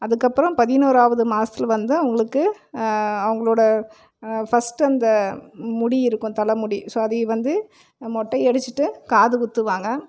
அதுக்கப்புறம் பதினோராவது மாதத்துல வந்து அவங்களுக்கு அவங்களோட ஃபர்ஸ்ட் அந்த முடி இருக்கும் தலைமுடி ஸோ அதை வந்து மொட்டை அடிச்சுட்டு காது குத்துவாங்க